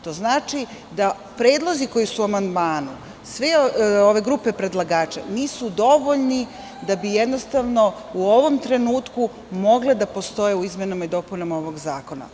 To znači da predlozi koji su u amandmanu, sve grupe predlagača, nisu dovoljni da bi u ovom trenutku mogli da postoje u izmenama i dopunama ovog zakona.